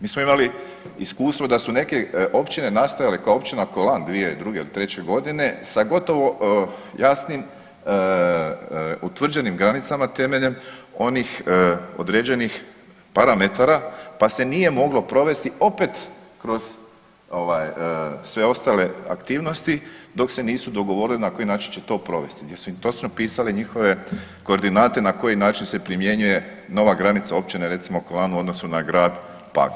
Mi smo imali iskustvo da su neke općine nastale kao općina Kolan 2002. ili '03. godine sa gotovo jasnim utvrđenim granicama temeljem onih određenih parametara pa se nije moglo provesti opet kroz ovaj sve ostale aktivnosti dok se nisu dogovorili na koji način će to provesti, gdje su im točno pisale njihove koordinate na koji način se primjenjuje nova granica općine, recimo, Kolan u odnosu na grad Pag.